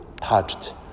touched